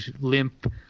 limp